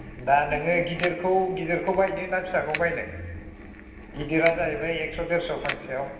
दा नोङो गिदिरखौ गिदिरखौ बायनो ना फिसाखौ बायनो गिदिरा जाहैबाय एक्स' देरस' फांसेआव